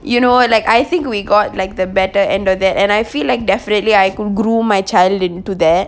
you know like I think we got like the better and that and I feel like definitely I could groom my child into that